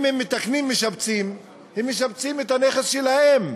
אם הם מתקנים, משפצים, הם משפצים את הנכס שלהם.